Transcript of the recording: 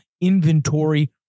Inventory